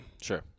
Sure